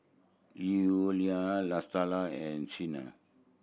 Eulalie Latasha and Siena